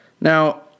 Now